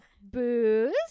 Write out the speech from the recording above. booze